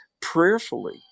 prayerfully